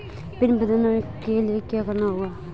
Pin बदलने के लिए क्या करना होगा?